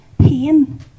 Pain